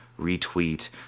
retweet